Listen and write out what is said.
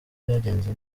byagenze